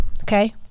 Okay